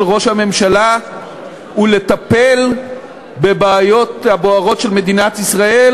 ראש הממשלה ולטפל בבעיות הבוערות של מדינת ישראל,